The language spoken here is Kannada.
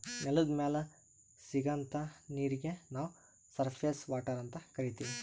ನೆಲದ್ ಮ್ಯಾಲ್ ಸಿಗಂಥಾ ನೀರೀಗಿ ನಾವ್ ಸರ್ಫೇಸ್ ವಾಟರ್ ಅಂತ್ ಕರೀತೀವಿ